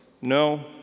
No